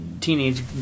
teenage